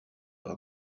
par